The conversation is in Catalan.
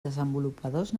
desenvolupadors